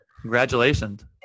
Congratulations